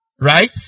Right